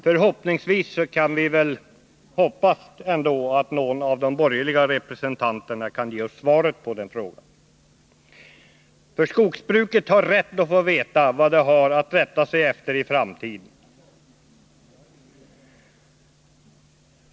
Varför dröjer beslutet? Jag hoppas att någon annan företrädare för de borgerliga kan ge oss svaret på den frågan, för skogsbruket har rätt att få veta vad det har att rätta sig efter i framtiden.